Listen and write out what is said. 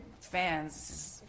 fans